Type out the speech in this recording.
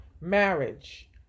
Marriage